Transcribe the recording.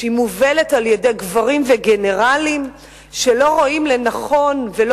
שמובלת על-ידי גברים וגנרלים שלא רואים לנכון ולא